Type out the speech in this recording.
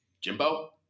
Jimbo